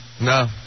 No